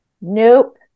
Nope